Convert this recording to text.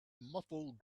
muffled